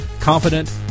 confident